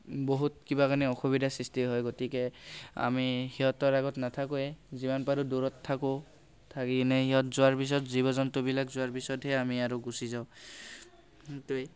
বহুত কিবা কানি অসুবিধাৰ সৃষ্টি হয় গতিকে আমি সিহঁতৰ আগত নাথাকোয়েই যিমান পাৰো দূৰত থাকো থাকি কিনে সিহঁত যোৱাৰ পিছত জীৱ জন্তুবিলাক যোৱাৰ পিছতহে আমি আৰু গুচি যাওঁ সেইটোৱেই